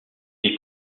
est